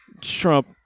Trump